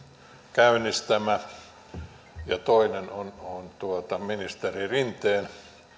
käynnistämä ja toinen on ministeri rinteen